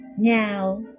Now